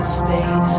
state